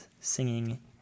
singing